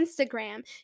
Instagram